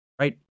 right